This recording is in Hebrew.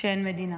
כשאין מדינה.